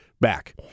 back